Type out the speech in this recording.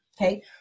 okay